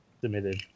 submitted